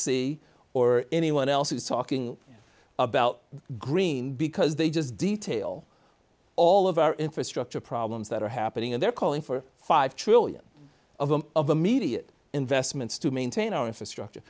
c or anyone else is talking about green because they just detail all of our infrastructure problems that are happening and they're calling for five trillion of them of immediate investments to maintain our infrastructure